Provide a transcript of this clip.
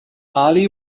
ali